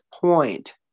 point